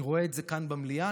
אני רואה את זה כאן במליאה,